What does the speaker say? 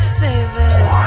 baby